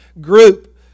group